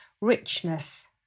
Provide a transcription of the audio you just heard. Richness